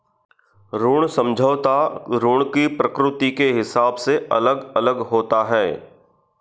ऋण समझौता ऋण की प्रकृति के हिसाब से अलग अलग होता है